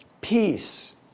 peace